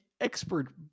expert